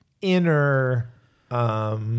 inner